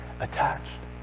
attached